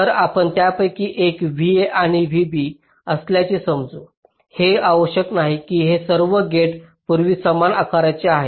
तर आपण त्यापैकी एक VA आणि VB असल्याचे समजू हे आवश्यक नाही की हे सर्व गेट पूर्वी समान आकाराचे आहेत